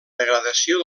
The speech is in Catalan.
degradació